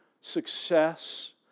success